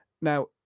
Now